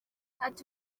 ati